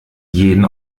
jeden